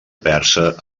persa